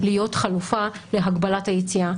להיות חלופה להגבלת היציאה.